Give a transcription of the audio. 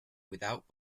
without